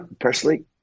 personally